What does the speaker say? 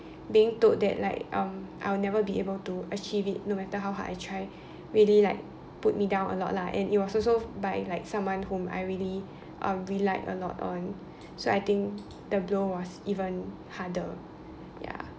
being told that like um I will be never be able to achieve it no matter how hard I try really like put me down a lot lah and it was also by like someone whom I really um relied a lot on so I think the blow was even harder ya